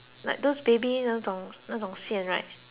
那种那种线 right